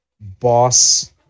boss